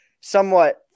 somewhat